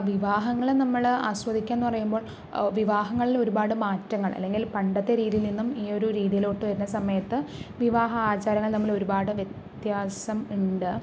വിവാഹങ്ങള് നമ്മള് ആസ്വദിക്കുക എന്ന് പറയുമ്പോള് വിവാഹങ്ങളിൽ ഒരുപാട് മാറ്റങ്ങൾ അല്ലെങ്കിൽ പണ്ടത്തെ രീതിയിൽ നിന്ന് ഈയൊരു രീതിയിലോട്ട് വരുന്ന സമയത്ത് വിവാഹ ആചാരങ്ങൾ തമ്മിൽ ഒരുപാട് വ്യത്യാസം ഉണ്ട്